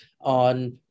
on